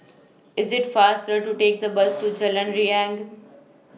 IS IT faster to Take The Bus to Jalan Riang